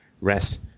rest